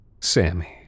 Sammy